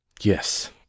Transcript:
Yes